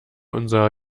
unser